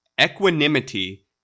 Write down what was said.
equanimity